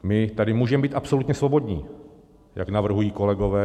My tady můžeme být absolutně svobodní, jak navrhují kolegové.